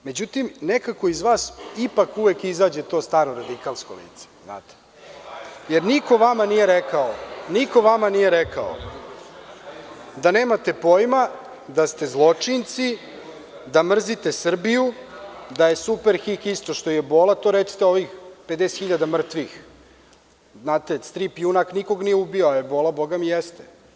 Međutim, nekako iz vas ipak uvek izađe to staro radikalsko lice jer niko vama nije rekao da nemate pojma, da ste zločinci, da mrzite Srbiju, da je „Super Hik“ isto što i „ebola“, to recite za ovih 50.000 mrtvih, jer strip junak nikog nije ubio, a ebola jeste.